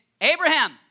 Abraham